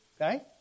Okay